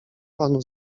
panu